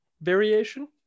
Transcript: variation